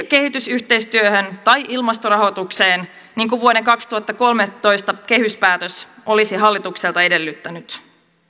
kehitysyhteistyöhön tai ilmastorahoitukseen niin kuin vuoden kaksituhattakolmetoista kehyspäätös olisi hallitukselta edellyttänyt